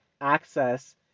access